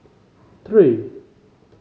three